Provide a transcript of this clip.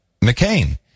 McCain